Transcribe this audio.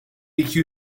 iki